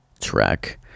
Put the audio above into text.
track